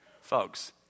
Folks